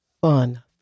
fun